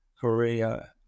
Korea